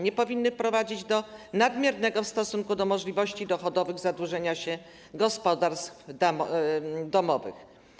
Nie powinny prowadzić do nadmiernego w stosunku do możliwości dochodowych zadłużenia się gospodarstw domowych.